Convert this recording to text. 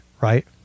right